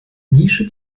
nische